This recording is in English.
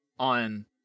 on